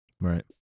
Right